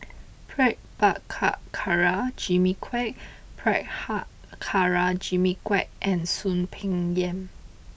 Prabhakara Jimmy Quek Prabhakara Jimmy Quek and Soon Peng Yam